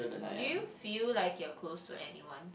do you feel like you are close to anyone